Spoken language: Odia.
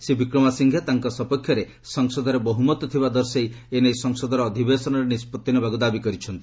ଶ୍ରୀ ବିକ୍ରମାସିଙ୍ଘେ ତାଙ୍କ ସପକ୍ଷରେ ସଂସଦରେ ବହ୍ରମତ ଥିବା ଦର୍ଶାଇ ଏନେଇ ସଂସଦର ଅଧିବେଶନରେ ନିଷ୍ପଭି ନେବାକୃ ଦାବି କରିଛନ୍ତି